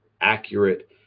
accurate